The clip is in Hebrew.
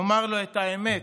נאמר לו את האמת,